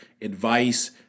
advice